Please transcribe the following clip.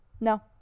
No